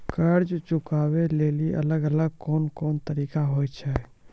कर्जा चुकाबै लेली अलग अलग कोन कोन तरिका होय छै?